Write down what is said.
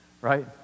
right